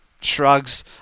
Shrugs